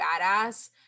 badass